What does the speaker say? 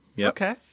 Okay